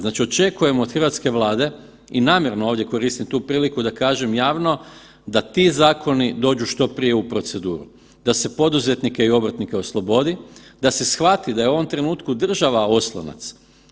Znači, očekujem od hrvatske Vlade i namjerno ovdje koristim tu priliku da kažem javno da ti zakoni dođu što prije u proceduru, da se poduzetnike i obrtnike oslobodi, da se shvati da je u ovom trenutku država oslonac.